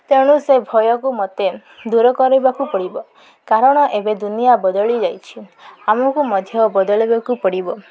ତେଣୁ ସେ ଭୟକୁ ମୋତେ ଦୂର କରିବାକୁ ପଡ଼ିବ କାରଣ ଏବେ ଦୁନିଆ ବଦଳି ଯାଇଛି ଆମକୁ ମଧ୍ୟ ବଦଳବାକୁ ପଡ଼ିବ